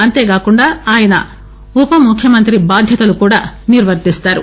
అంతేగాకుండా ఆయన ఉపముఖ్యమంత్రి బాధ్యతలు కూడా నిర్వర్తిస్తారు